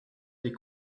des